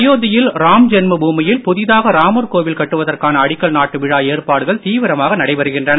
அயோத்தியில் ராம்ஜென்ம பூமியில் புதிதாக ராமர் கோவில் கட்டுவதற்கான அடிக்கல் நாட்டு விழா ஏற்பாடுகள் தீவிரமாக நடைபெறுகின்றன